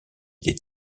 des